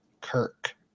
Kirk